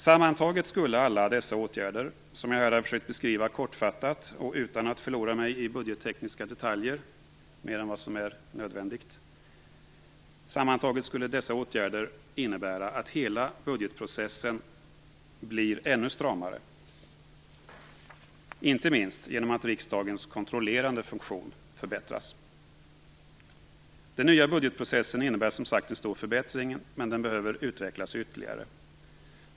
Sammantaget skulle alla dessa åtgärder som jag här har försökt beskriva kortfattat och utan att mer än nödvändigt förlora mig i budgettekniska detaljer innebära att hela budgetprocessen blir ännu stramare, inte minst genom att riksdagens kontrollerande funktion förbättras. Den nya budgetprocessen innebär som sagt en stor förbättring, men den behöver utvecklas ytterligare.